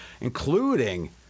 including